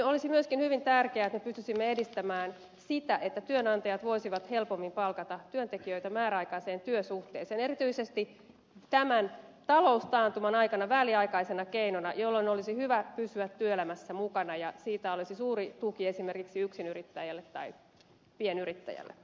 olisi myöskin hyvin tärkeää että pystyisimme edistämään sitä että työnantajat voisivat helpommin palkata työntekijöitä määräaikaiseen työsuhteeseen erityisesti tämän taloustaantuman aikana väliaikaisena keinona jolloin olisi hyvä pysyä työelämässä mukana ja siitä olisi suuri tuki esimerkiksi yksinyrittäjälle tai pienyrittäjälle